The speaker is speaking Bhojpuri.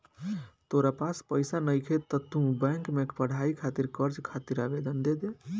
तोरा पास पइसा नइखे त तू बैंक में पढ़ाई खातिर कर्ज खातिर आवेदन दे दे